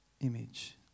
image